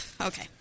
Okay